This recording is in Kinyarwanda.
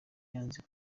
yanze